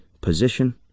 position